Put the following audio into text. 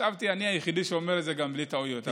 חשבתי שאני היחידי שאומר את זה בלי טעויות.